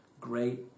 great